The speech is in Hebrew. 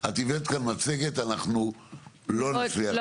את הבאת כאן מצגת אנחנו לא נצליח להציג אותה.